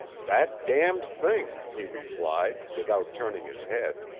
that damned thing he replied, without turning his head.